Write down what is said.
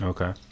Okay